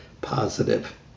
positive